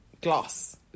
gloss